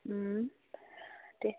তে